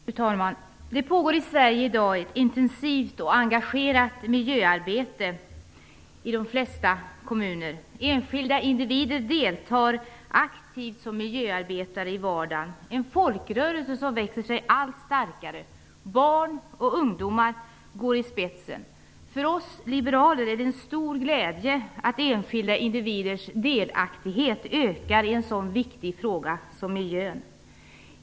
Fru talman! Det pågår i Sverige i dag ett intensivt och engagerat miljöarbete i de flesta kommuner. Enskilda individer deltar aktivt som miljöarbetare i vardagen. Det är en folkrörelse som växer sig allt starkare. Barn och ungdomar går i spetsen. För oss liberaler är det en stor glädje att enskilda individers delaktighet ökar i en så viktig fråga som miljöfrågan.